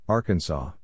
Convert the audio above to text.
Arkansas